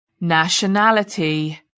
Nationality